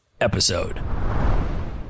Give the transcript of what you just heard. episode